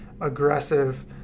aggressive